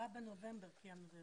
ב-10 בנובמבר קיימנו את הדיון.